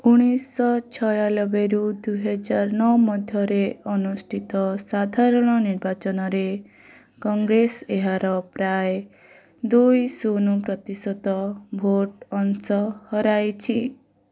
ଉଣେଇସ ଛାୟାଲବେରୁ ଦୁଇହଜାର ନଅ ମଧ୍ୟରେ ଅନୁଷ୍ଠିତ ସାଧାରଣ ନିର୍ବାଚନରେ କଂଗ୍ରେସ ଏହାର ପ୍ରାୟ ଦୁଇ ଶୂନ ପ୍ରତିଶତ ଭୋଟ୍ ଅଂଶ ହରାଇଛି